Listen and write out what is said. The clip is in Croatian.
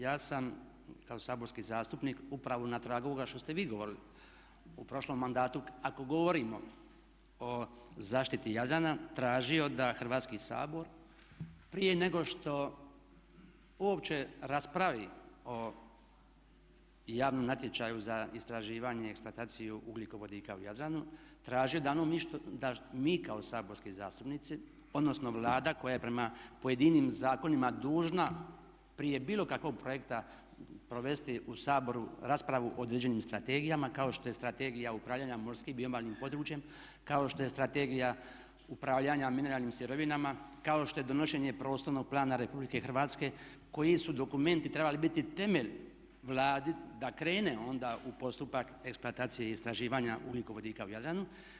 Ja sam kao saborski zastupnik upravo na tragu ovoga što ste vi govorili u prošlom mandatu ako govorimo o zaštiti Jadrana tražio da Hrvatski sabor prije nego što uopće raspravi o javnom natječaju za istraživanje i eksploataciju ugljikovodika u Jadranu tražio da mi kao saborski zastupnici, odnosno Vlada koja je prema pojedinim zakonima dužna prije bilo kakvog projekta provesti u Saboru raspravu o određenim strategijama kao što je Strategija upravljanja morskim i obalnim područjem, kao što je Strategija upravljanja mineralnim sirovinama, kao što je donošenje prostornog plana Republike Hrvatske, koji su dokumenti trebali biti temelj Vladi da krene onda u postupak eksploatacije i istraživanja ugljikovodika u Jadranu.